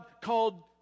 called